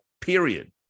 period